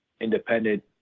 independent